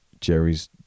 Jerry's